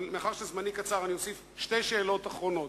אבל מאחר שזמני קצר אני אוסיף שתי שאלות אחרונות.